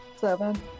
Seven